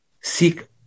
seek